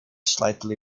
slightly